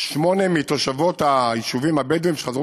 שמונה מתושבות היישובים הבדואיים שחזרו